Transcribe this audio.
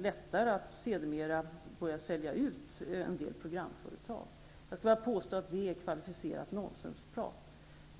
lättare att sedermera börja sälja ut en del programföretag. Jag skulle vilja påstå att det är kvalificerat nonsens.